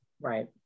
right